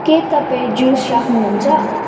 के तपाईँ जुस राख्नुहुन्छ